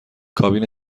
کابین